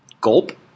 Gulp